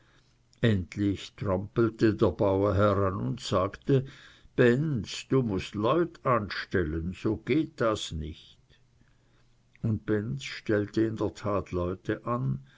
endlich trampelte der bauer heran und sagte benz du mußt leut anstellen so geht das nicht und benz stellte in der tat leute an